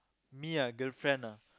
me ah girlfriend ah